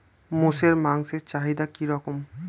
মোষের মাংসের চাহিদা কি রকম?